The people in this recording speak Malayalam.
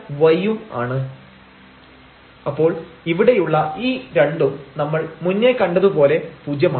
Δzf0Δx 0Δy f0 0 Δx Δy√Δx2Δy2 അപ്പോൾ ഇവിടെയുള്ള ഈ രണ്ടും നമ്മൾ മുന്നേ കണ്ടതുപോലെ പൂജ്യമാണ്